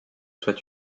soit